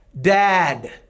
Dad